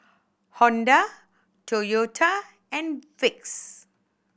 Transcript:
Honda Toyota and Vicks